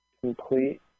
complete